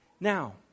Now